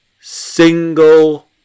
single